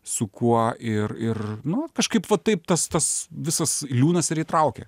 su kuo ir ir nu kažkaip va taip tas tas visas liūnas ir įtraukia